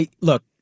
Look